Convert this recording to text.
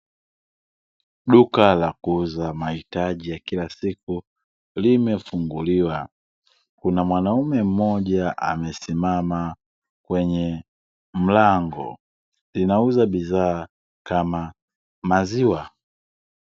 Duka la kuuza mahitaji ya kila siku limefunguliwa. Kuna mwanaume mmoja amesimama kwenye mlango. Linauza bidhaa kama maziwa.